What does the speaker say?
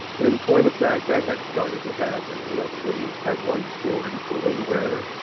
in point of fact that has started to happen. we actually had one school recently where